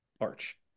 Arch